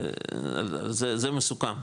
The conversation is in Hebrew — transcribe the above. זה מסוכם,